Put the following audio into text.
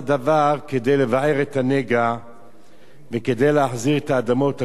דבר כדי לבער את הנגע וכדי להחזיר את האדמות הגזולות.